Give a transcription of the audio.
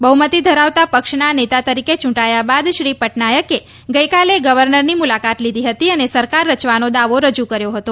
બહુમતી ધરાવતાં પક્ષના નેતા તરીકે ચ્રટાયાં બાદ શ્રી પટનાયકે ગઈકાલે ગવર્નરની મુલાકાત લીધી હતી અને સરકાર રચવાનો દાવો રજૂ કર્યો હતો